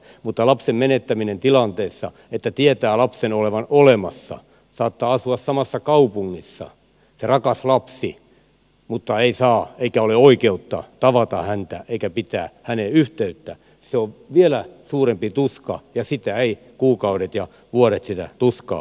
mutta lapsen menettäminen tilanteessa että tietää lapsen olevan olemassa se rakas lapsi saattaa asua samassa kaupungissa mutta häntä ei saa eikä ole oikeutta tavata eikä pitää häneen yhteyttä se on vielä suurempi tuska ja sitä tuskaa eivät kuukaudet ja vuodet hälvennä